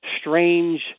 strange